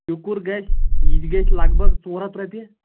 کِکُر گژھِ یہِ تہِ گژھِ لگ بگ ژور ہتھ رۄپیہِ